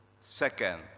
Second